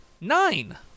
nine